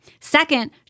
Second